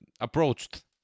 Approached